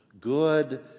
Good